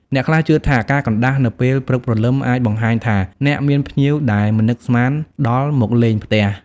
អ្នកខ្លះជឿថា ការកណ្តាស់នៅពេលព្រឹកព្រលឹមអាចបង្ហាញថាអ្នកមានភ្ញៀវដែលមិននឹកស្មានដល់មកលេងផ្ទះ។